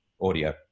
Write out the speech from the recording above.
audio